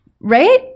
right